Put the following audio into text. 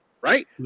Right